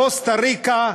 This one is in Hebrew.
קוסטה-ריקה,